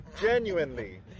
genuinely